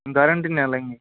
guarantee लेंगे